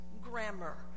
grammar